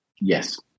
Yes